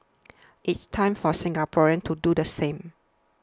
it is time for Singaporeans to do the same